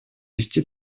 вести